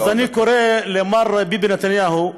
אז אני קורא למר ביבי נתניהו,